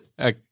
Okay